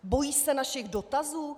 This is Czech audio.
Bojí se našich dotazů?